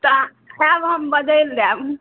तऽ आएब हम बदलि देब